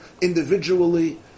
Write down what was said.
individually